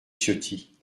ciotti